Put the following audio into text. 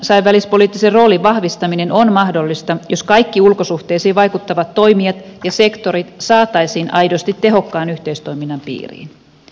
eun kansainvälispoliittisen roolin vahvistaminen on mahdollista jos kaikki ulkosuhteisiin vaikuttavat toimijat ja sektorit saataisiin aidosti tehokkaan yhteistoiminnan piiriin